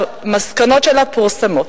שהמסקנות שלה פורסמו.